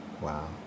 Wow